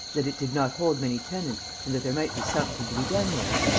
that it did not hold many tenants and that there might be something to be done there,